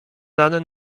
dane